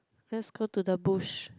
let's go to the bush